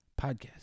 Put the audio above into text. podcast